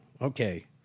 Okay